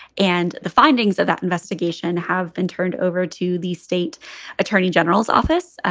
and the findings of that investigation have been turned over to the state attorney general's office.